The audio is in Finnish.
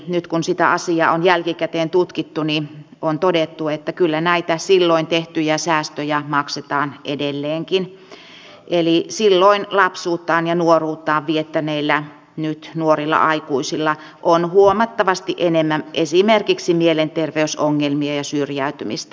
nyt kun sitä asiaa on jälkikäteen tutkittu niin on todettu että kyllä näitä silloin tehtyjä säästöjä maksetaan edelleenkin eli silloin lapsuuttaan ja nuoruuttaan viettäneillä nyt nuorilla aikuisilla on huomattavasti enemmän esimerkiksi mielenterveysongelmia ja syrjäytymistä